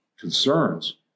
concerns